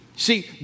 See